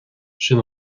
sin